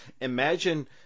imagine